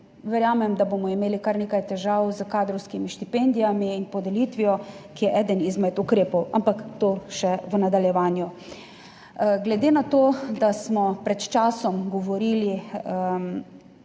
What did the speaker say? verjamem, da bomo imeli kar nekaj težav s kadrovskimi štipendijami in podelitvijo, ki je eden izmed ukrepov, ampak o tem še v nadaljevanju. Glede na to, da smo pred časom govorili,